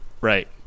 Right